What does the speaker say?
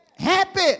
Happy